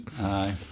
Aye